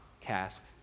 cast